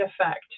effect